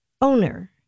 owner